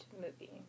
movie